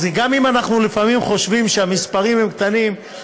גם אם אנחנו לפעמים חושבים שהמספרים הם קטנים,